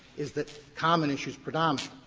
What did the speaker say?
is that common issues predominate.